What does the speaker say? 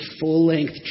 full-length